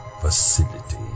facility